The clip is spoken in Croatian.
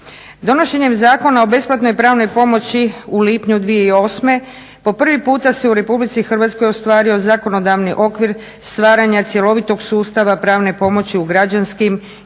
Donošenjem Zakona o besplatnoj pravnoj pomoći u lipnju 2008. po prvi puta se u RH ostvario zakonodavni okvir stvaranja cjelovitog sustava pravne pomoći u građanskim i